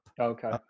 okay